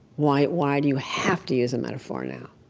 why why do you have to use a metaphor now?